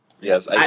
Yes